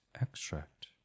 extract